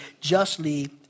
justly